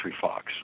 Fox